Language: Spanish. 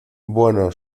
bueno